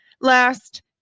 Last